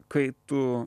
kai tu